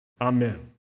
Amen